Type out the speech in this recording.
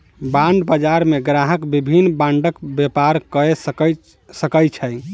bond बजार मे ग्राहक विभिन्न बांडक व्यापार कय सकै छै